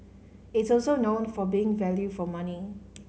it's also known for being value for money